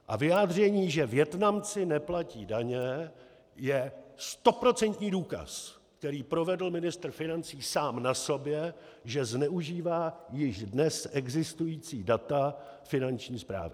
A vyjádření, že Vietnamci neplatí daně, je stoprocentní důkaz, který provedl ministr financí sám na sobě, že zneužívá již dnes existující data finanční správy.